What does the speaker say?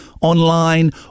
online